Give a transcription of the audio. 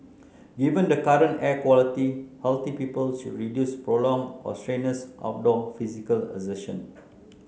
given the current air quality healthy people should reduce prolonged or strenuous outdoor physical exertion